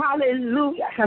hallelujah